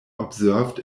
observed